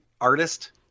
Artist